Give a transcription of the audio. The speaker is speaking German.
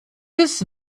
des